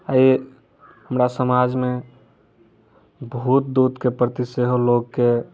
आइये हमरा समाज मे भूत दूत के प्रति सेहो लोककेॅं